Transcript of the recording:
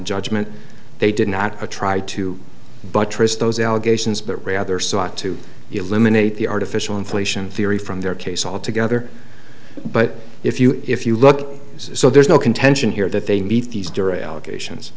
judgement they did not try to buttress those allegations but rather sought to eliminate the artificial inflation theory from their case all together but if you if you look so there's no contention here that they meet these dura allegations